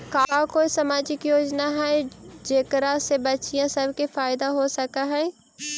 का कोई सामाजिक योजना हई जेकरा से बच्चियाँ सब के फायदा हो सक हई?